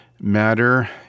matter